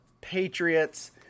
Patriots